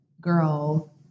girl